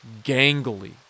gangly